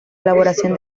elaboración